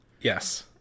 yes